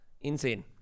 Insane